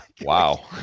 Wow